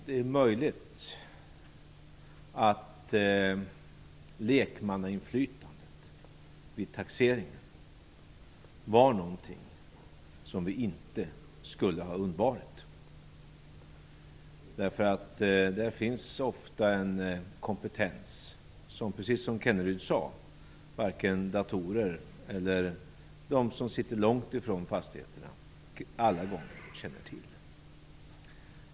Det är möjligt att lekmannainflytandet vid taxeringen var något som vi inte skulle ha undvarit. Där finns nämligen ofta en kompetens som, precis som Rolf Kenneryd sade, varken datorer eller de som sitter långt från fastigheterna alla gånger känner till.